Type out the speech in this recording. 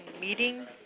meetings